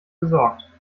gesorgt